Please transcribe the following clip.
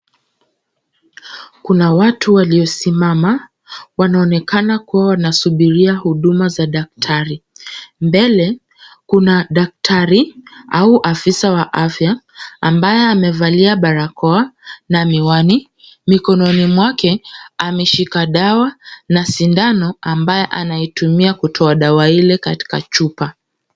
Kuna watu waliosimama, wanaonekana kuwa wanasubiria huduma za daktari. Mbele kuna daktari au afisa wa afya ambaye amevalia barakoa na miwani. Mikononi mwake ameshika dawa na sidano ambaye anaitumia kutoa dawa ile katika chupa.